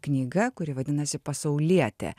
knyga kuri vadinasi pasaulietė